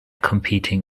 competing